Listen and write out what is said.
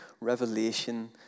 Revelation